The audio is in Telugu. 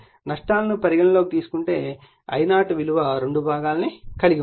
నష్టాల ని పరిగణిస్తే I0 రెండు భాగాలను కలిగి ఉంటుంది